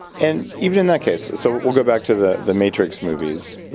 and even in that case, so we'll go back to the the matrix movies,